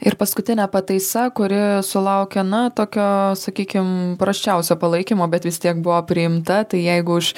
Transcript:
ir paskutinė pataisa kuri sulaukia na tokio sakykim prasčiausio palaikymo bet vis tiek buvo priimta tai jeigu už